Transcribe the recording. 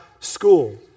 school